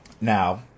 Now